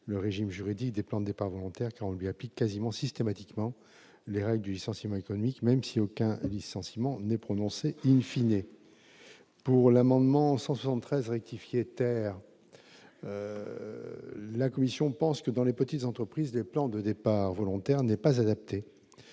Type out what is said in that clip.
le régime juridique des plans départs volontaires qu'on lui applique quasiment systématiquement les règles du licenciement économique, même si aucun licenciement n'est prononcé, in fine, et pour l'amendement 173 rectifier terre la Commission pense que dans les petites entreprises, des plans de départs volontaires n'est pas adapté